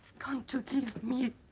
to kill me